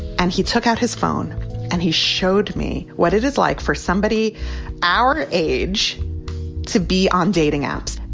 and he took out his phone and he showed me what it is like for somebody our age to be on dating apps.